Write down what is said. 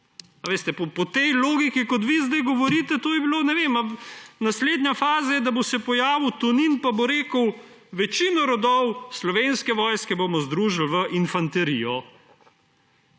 po tej logiki, kot vi zdaj govorite, ne vem, naslednja faza je, da se bo pojavil Tonin pa bo rekel, da večino rodov Slovenske vojske bomo združili v infanterijo.